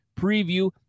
preview